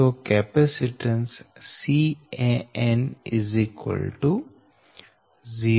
તો capacitance Can 0